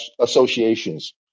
associations